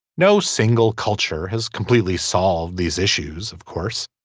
no single culture has completely solved these issues of course.